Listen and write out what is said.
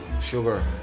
sugar